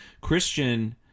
Christian